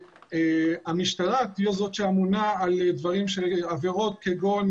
שהמשטרה תהיה זו שאמונה על עבירות כגון